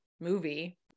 movie